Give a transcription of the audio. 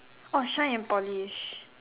oh shine and polish